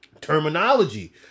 Terminology